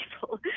people